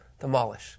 demolish